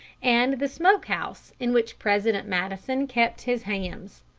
and the smoke-house in which president madison kept his hams.